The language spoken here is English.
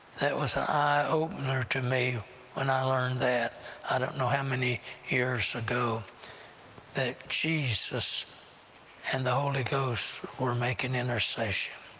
that was an ah eye-opener to me when i learned that i don't know how many years ago that jesus and the holy ghost were making intercession.